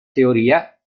teoria